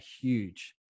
huge